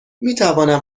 میتوانم